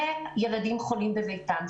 וילדים חולים בביתם,